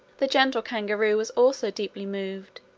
the gentle kangaroo was also deeply moved,